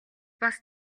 бас